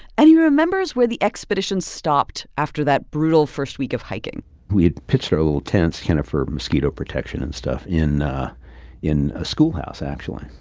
and he remembers where the expedition stopped after that brutal first week of hiking we had pitched our little tents kind of for mosquito protection and stuff in in a schoolhouse, actually.